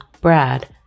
Brad